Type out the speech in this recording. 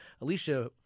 Alicia